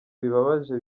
bibabaje